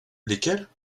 lesquelles